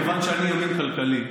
מכיוון שאני, כלכלי,